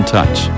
Touch